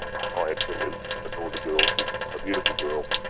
i absolutely adore the girl, she is a beautiful girl,